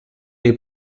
dei